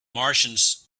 martians